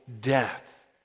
death